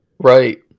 right